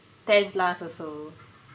ten plus or so